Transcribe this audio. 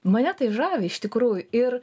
mane tai žavi iš tikrųjų ir